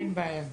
אין בעיה.